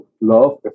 love